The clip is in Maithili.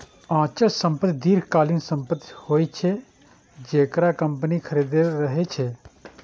अचल संपत्ति दीर्घकालीन संपत्ति होइ छै, जेकरा कंपनी खरीदने रहै छै